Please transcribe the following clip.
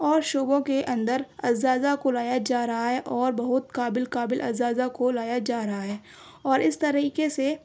اور شعبوں کے اندر اساتذہ کو لایا جا رہا ہے اور بہت قابل قابل اساتذہ کو لایا جا رہا ہے اور اس طریقے سے